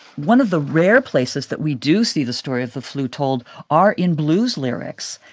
one of the rare places that we do see the story of the flu told are in blues lyrics.